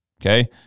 Okay